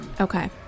Okay